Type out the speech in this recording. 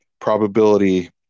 probability